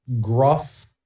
gruff